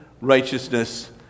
righteousness